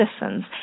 citizens